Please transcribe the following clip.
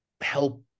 help